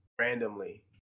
randomly